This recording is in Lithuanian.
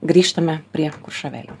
grįžtame prie kuršavelio